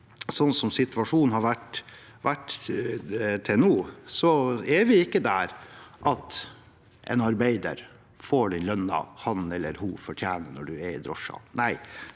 sånn som situasjonen har vært til nå, er vi ikke der at en arbeider får den lønnen han eller hun fortjener når de er i drosjen.